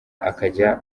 akajya